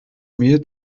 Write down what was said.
mehl